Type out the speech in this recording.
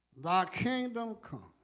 thy kingdom come